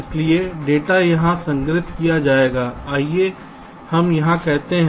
इसलिए डेटा यहां संग्रहीत किया जाएगा आइए हम यहां कहते हैं